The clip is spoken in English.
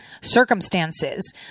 circumstances